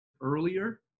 earlier